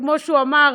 כמו שאמר,